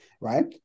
right